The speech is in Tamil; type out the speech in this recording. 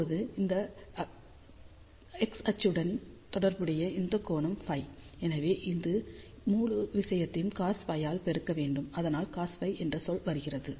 இப்போது இந்த குறிப்பிட்ட x அச்சுடன் தொடர்புடையது இந்த கோணம் Φ எனவே இந்த முழு விஷயத்தையும் cosΦ ஆல் பெருக்க வேண்டும் அதனால்தான் cosΦ என்ற சொல் வருகிறது